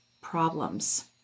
problems